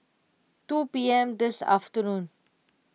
two P M this afternoon